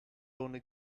only